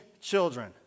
children